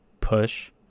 push